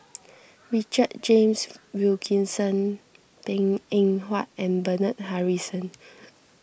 Richard James Wilkinson Png Eng Huat and Bernard Harrison